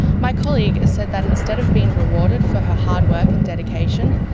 my colleague has said that instead of being rewarded for her hard work and dedication,